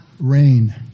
rain